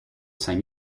same